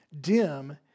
dim